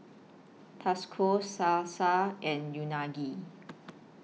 Tacos Salsa and Unagi